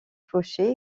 fauché